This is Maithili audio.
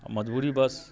मजबूरीबस